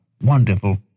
wonderful